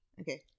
okay